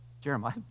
Jeremiah